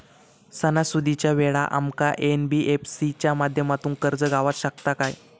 सणासुदीच्या वेळा आमका एन.बी.एफ.सी च्या माध्यमातून कर्ज गावात शकता काय?